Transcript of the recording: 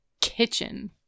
kitchen